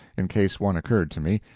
in case one occurred to me,